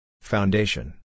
Foundation